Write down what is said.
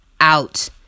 out